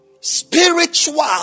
Spiritual